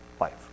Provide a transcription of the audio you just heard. life